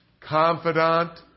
confidant